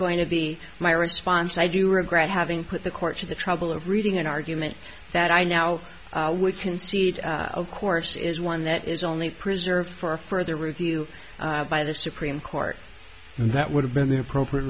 going to be my response i do regret having put the court to the trouble of reading an argument that i now would concede of course is one that is only preserved for further review by the supreme court and that would have been the appropriate